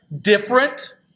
different